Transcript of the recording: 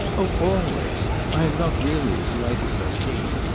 oh, always! i am not really as light as i seem.